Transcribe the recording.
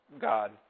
God